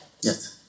Yes